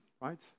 right